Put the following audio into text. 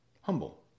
Humble